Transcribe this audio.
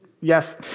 Yes